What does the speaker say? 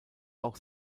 auch